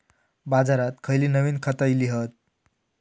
बाजारात खयली नवीन खता इली हत?